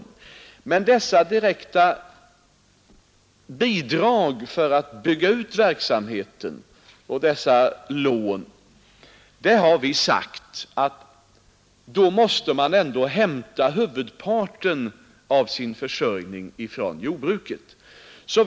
Men när det gäller dessa direkta bidrag för att bygga ut verksamheten och dessa lån har vi sagt, att då måste man ändå hämta huvudparten av sin försörjning från jordbruket och skogsbruket på brukningsenheten.